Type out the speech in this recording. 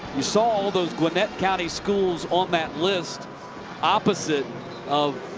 you saw all those gwinnett county schools on that list opposite of